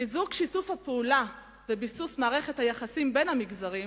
חיזוק שיתוף הפעולה וביסוס מערכת היחסים בין המגזרים,